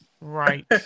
Right